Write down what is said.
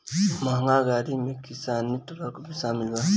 महँग गाड़ी में किसानी ट्रक भी शामिल बा